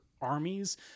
armies